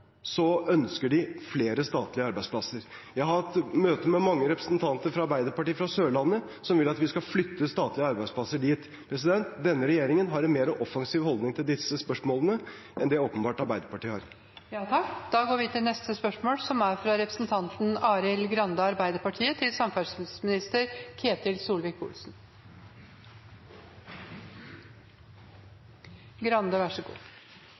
så ønsker de flere statlige arbeidsplasser. Jeg har hatt møte med mange representanter fra Arbeiderpartiet fra Sørlandet som vil at vi skal flytte statlige arbeidsplasser dit. Denne regjeringen har en mer offensiv holdning til disse spørsmålene enn det Arbeiderpartiet åpenbart har. Mitt spørsmål går til samferdselsministeren: «Det er kommet sterk kritikk mot flyrutetilbudet for kortbanenettet i Midt- og Nord-Norge. Mange steder legges det opp til